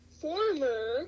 former